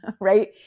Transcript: right